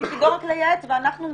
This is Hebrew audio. תפקידו רק לייעץ והם יחליטו,